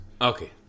Okay